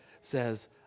says